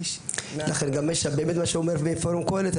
גם באמת מה שאומר מפורום קהלת.